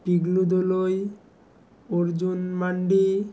Tiglu Dolui Arjun mandi